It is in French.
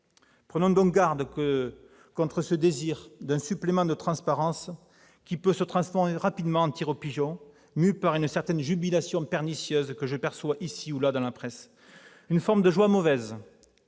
Défions-nous de ce désir d'un supplément de transparence, qui peut vite se transformer en « tir au pigeon », mû par une certaine jubilation pernicieuse, que je perçois ici ou là dans la presse. C'est une forme de joie mauvaise